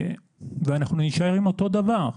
ואנחנו נישאר עם אותו דבר.